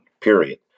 period